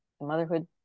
motherhood